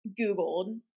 Googled